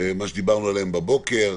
ועליהן דיברנו הבוקר.